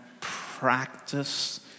practice